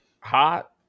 hot